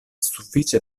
sufiĉe